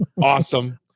awesome